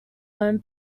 own